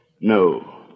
No